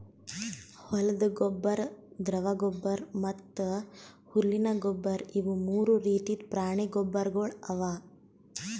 ಹೊಲ್ದ ಗೊಬ್ಬರ್, ದ್ರವ ಗೊಬ್ಬರ್ ಮತ್ತ್ ಹುಲ್ಲಿನ ಗೊಬ್ಬರ್ ಇವು ಮೂರು ರೀತಿದ್ ಪ್ರಾಣಿ ಗೊಬ್ಬರ್ಗೊಳ್ ಅವಾ